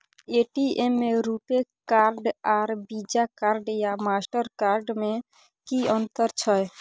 ATM में RuPay card आर Visa card या मास्टर कार्ड में कि अतंर छै?